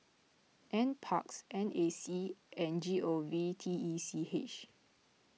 NParks N A C and G O V T E C H